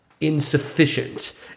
insufficient